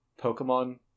Pokemon